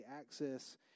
access